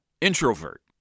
introvert